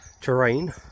terrain